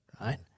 right